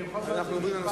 אני בכל זאת,